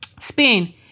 spain